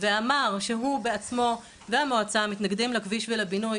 ואמר שהוא בעצמו והמועצה מתנגדים לכביש ולבינוי,